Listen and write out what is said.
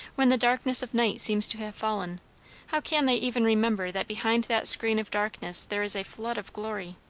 when the darkness of night seems to have fallen how can they even remember that behind that screen of darkness there is a flood of glory?